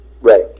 Right